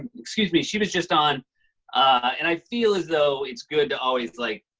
excuse me, she was just on. and i feel as though it's good to always, like,